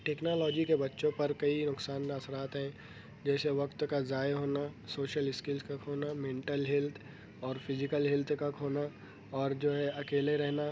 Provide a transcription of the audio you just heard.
technology کے بچوں پر کئی نقصان دہ اثرات ہیں جیسے وقت کا ضائع ہونا سوشل اسکلس کا کھونا مینٹل ہیلتھ اور فزیکل ہیلتھ کا کھونا اور جو ہے اکیلے رہنا